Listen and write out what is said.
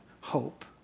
hope